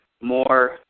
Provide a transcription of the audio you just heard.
more